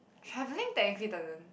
travelling thankfully doesn't